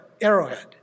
Arrowhead